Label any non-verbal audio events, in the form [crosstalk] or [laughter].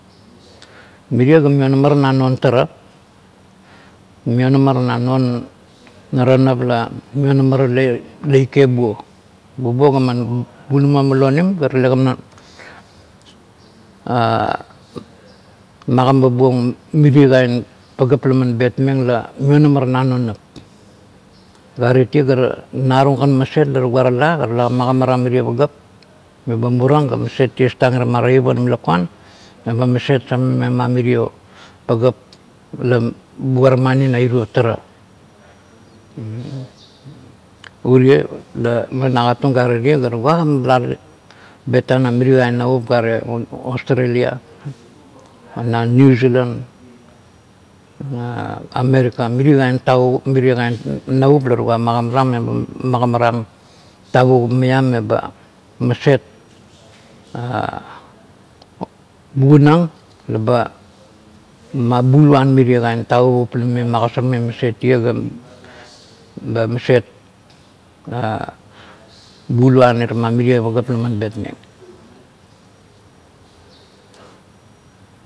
Mirie ga maionama na non tara, [unintelligible] maionama laike bua, bubuo gaman bunama nabnim ga tala man [hesitation] magama buong mirie kain pagap la an betmeng la man maionema ra na non nap, gare tia, ga no rung kan maset me ba tala ga magamarang mirie pagap me ba muran ga maset tias tang irama toip onim lakuan me ba maset kan omip ma mirio pagap la bugua mani na orio tara. Uria la man agat tung fare tia, ga tugua tala betang na mirie kain navup gare australia na new zealand na america mirie kain [teug] mirie kain naiut la tugua magamarang tavungup maiam me ba maset [hesitation] bunag la be mabuluan mirie kkan taougup la mame mogosarmeng maset tia ga, ba maset [hesitation] buluan irama mirie pagap la man petmeng.